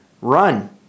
Run